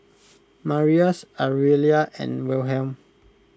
Marius Aurelia and Wilhelm